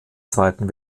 zweiten